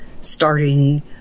Starting